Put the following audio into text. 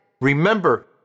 Remember